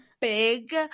big